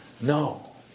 No